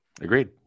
Agreed